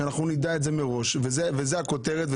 שנדע את זה מראש וזאת הכותרת.